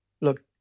look